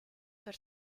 per